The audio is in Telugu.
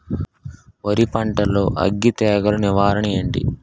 వరి పంటలో అగ్గి తెగులు నివారణ ఏంటి?